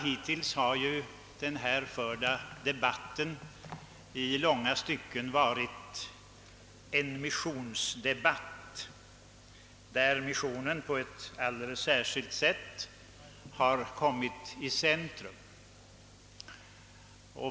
Hittills har den förda debatten i långa stycken varit en missionsdebatt, ' där missionen på ett alldeles särskilt sätt kommit i centrum.